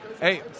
Hey